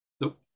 Nope